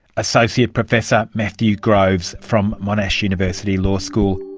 associate professor matthew groves from monash university law school.